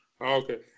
Okay